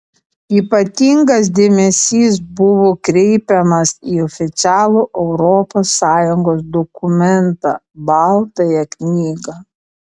ypatingas dėmesys buvo kreipiamas į oficialų europos sąjungos dokumentą baltąją knygą